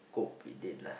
cope with it lah